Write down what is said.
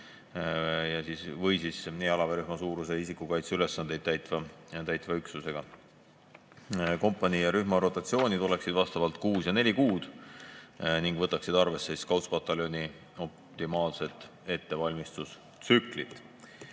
või siis jalaväerühmasuurune isikukaitse ülesandeid täitev üksus. Kompanii ja rühma rotatsioonid oleksid vastavalt kuus ja neli kuud ning võtaksid arvesse Scoutspataljoni optimaalset ettevalmistustsüklit.